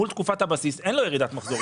מול תקופת הבסיס אין לו ירידת מחזורים.